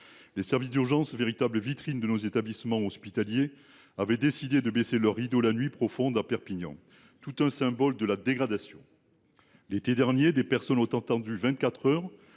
Les services d’urgence, véritables vitrines des établissements hospitaliers, avaient alors décidé de baisser le rideau en nuit profonde à Perpignan. Quel symbole de leur dégradation ! L’été dernier, des personnes ont attendu vingt